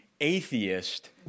atheist